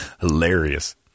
Hilarious